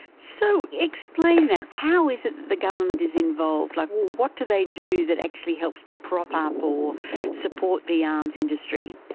so, explain that. how is it that the government is involved? like what do they do that actually helps to prop ah up or support the arms industry?